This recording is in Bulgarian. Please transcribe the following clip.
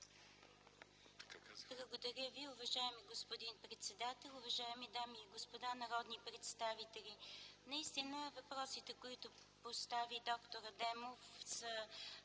Благодаря Ви, уважаеми господин председател. Уважаеми дами и господа народни представители! Наистина въпросите, които постави д-р Адемов, са